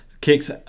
kicks